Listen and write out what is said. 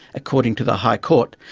according to the high court,